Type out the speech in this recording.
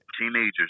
Teenagers